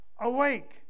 awake